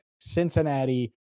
Cincinnati